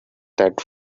that